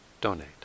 donate